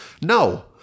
No